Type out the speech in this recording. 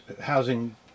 housing